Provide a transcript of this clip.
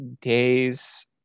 day's